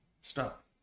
Stop